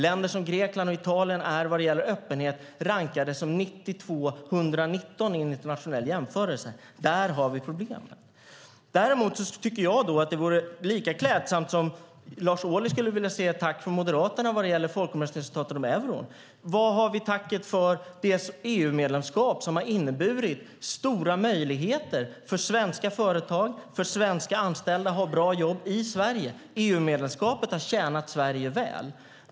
Länder som Grekland och Italien är i en rankning vad det gäller öppenhet placerade på platserna 92 och 119 i en internationell jämförelse. Där har vi problem. Lars Ohly skulle vilja se ett tack från Moderaterna för folkomröstningsresultatet när det gäller euron. Var har vi tacket för det EU-medlemskap som har inneburit stora möjligheter för svenska företag och för svenska anställda att ha bra jobb i Sverige? EU-medlemskapet har tjänat Sverige väl.